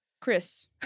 Chris